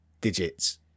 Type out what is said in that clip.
digits